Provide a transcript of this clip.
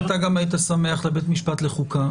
אתה גם היית שמח לבית משפט לחוקה.